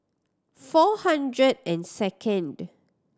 four hundred and second